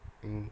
mm